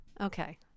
Okay